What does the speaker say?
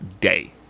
day